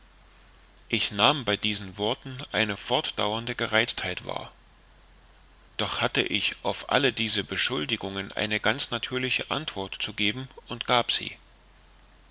ich nahm bei diesen worten eine fortdauernde gereiztheit wahr doch hatte ich auf alle diese beschuldigungen eine ganz natürliche antwort zu geben und gab sie